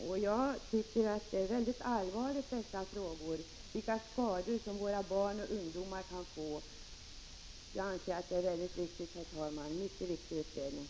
Jag tycker att dessa frågor är mycket allvarliga — det gäller vilka skador våra barn och ungdomar kan få. — Prot. 1985/86:48 Jag anser, herr talman, att det är en mycket viktig utredning. 10 december 1985